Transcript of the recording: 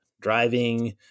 driving